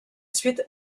suite